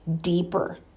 deeper